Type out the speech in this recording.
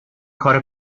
کار